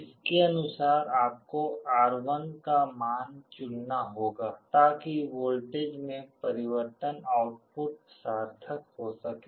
इसके अनुसार आपको R1 का मान चुनना होगा ताकि वोल्टेज में परिवर्तन आउटपुट सार्थक हो सके